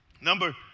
Number